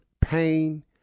pain